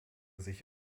sich